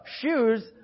Shoes